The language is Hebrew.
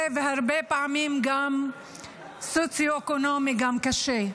והרבה פעמים גם סוציו-אקונומי קשה,